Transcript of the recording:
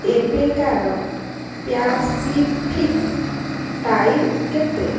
ଏବେକାର Pacific time କେତେ